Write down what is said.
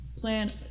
plan